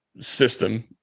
system